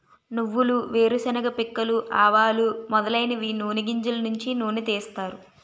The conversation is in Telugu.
నువ్వులు వేరుశెనగ పిక్కలు ఆవాలు మొదలైనవి నూని గింజలు నుంచి నూనె తీస్తారు